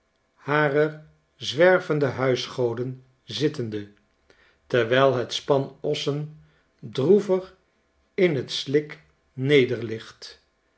harer zwervende huisgoden zittende terwijl het span ossen droevig in t slik nederligt